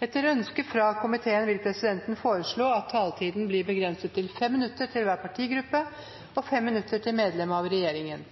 Etter ønske fra kommunal- og forvaltningskomiteen vil presidenten foreslå at taletiden blir begrenset til 5 minutter til hver partigruppe og 5 minutter til medlem av regjeringen.